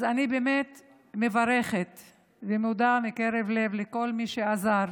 אני מברכת ומודה מקרב לב לכל מי שעזר.